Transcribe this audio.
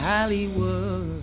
Hollywood